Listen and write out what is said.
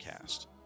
cast